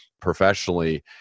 professionally